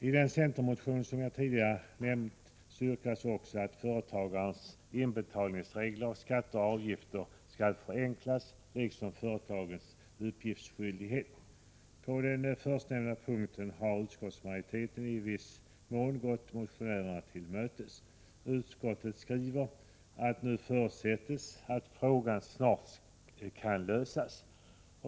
I den centermotion som jag tidigare nämnde yrkas också att företagens inbetalning av skatter och avgifter skall förenklas, liksom att företagens uppgiftsskyldighet skall begränsas. På den förstnämnda punkten har utskottsmajoriteten i viss mån gått motionärerna till mötes. Utskottet skriver att det nu förutsätts att frågan snart kan lösas.